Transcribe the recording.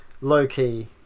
low-key